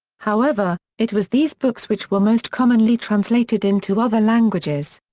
however, it was these books which were most commonly translated into other languages.